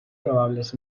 probables